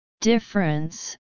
Difference